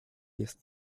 jest